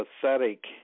pathetic